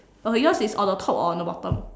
uh yours is on the top or on the bottom